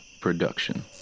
Production